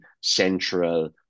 central